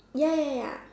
ya ya ya ya